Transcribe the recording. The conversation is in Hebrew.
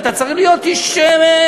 אתה צריך להיות איש רציני,